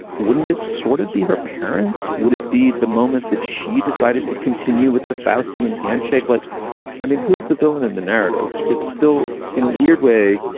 wouldn't it sort of be her parents? would it be the moment that she decided to continue with the fao's diane and handshake? like i mean, who's the villain in the narrative? it's still in a weird way.